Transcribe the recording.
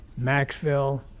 Maxville